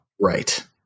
Right